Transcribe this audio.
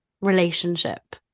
relationship